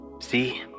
See